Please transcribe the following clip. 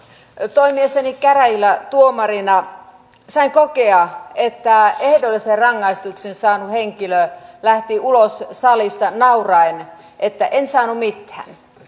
toimiessani käräjillä tuomarina sain kokea että ehdollisen rangaistuksen saanut henkilö lähti ulos salista nauraen että en saanut mitään